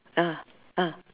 ah ah